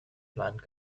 blind